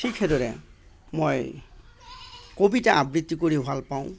ঠিক সেইদৰে মই কবিতা আবৃত্তি কৰিও ভালপাওঁ